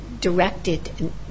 directed